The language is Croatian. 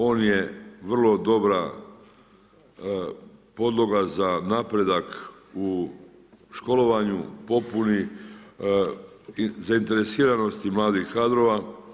On je vrlo dobra podloga za napredak u školovanju, popuni zainteresiranosti mladih kadrova.